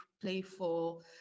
playful